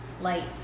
light